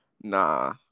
nah